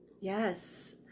Yes